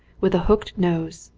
with a hooked nose,